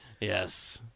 Yes